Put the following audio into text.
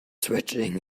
switching